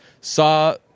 saw